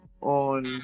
on